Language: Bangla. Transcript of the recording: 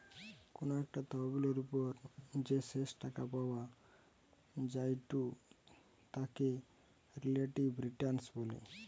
কোনো একটা তহবিলের ওপর যে শেষ টাকা পাওয়া জায়ঢু তাকে রিলেটিভ রিটার্ন বলে